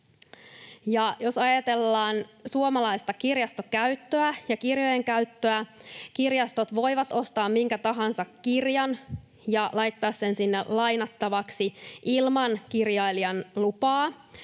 Jos ajatellaan suomalaista kirjastokäyttöä ja kirjojen käyttöä, kirjastot voivat ostaa minkä tahansa kirjan ja laittaa sen sinne lainattavaksi ilman kirjailijan lupaa,